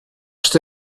что